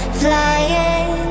flying